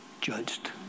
judged